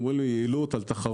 אומרים לי: יעילות על תחרות.